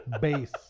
Base